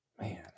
Man